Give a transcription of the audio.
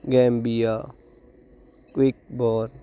Gambia ਕੀਉਕਬਾਰਨ